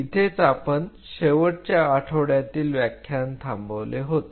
इथेच आपण शेवटच्या आठवड्यातील व्याख्यान थांबवले होते